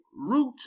root